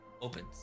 opens